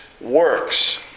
works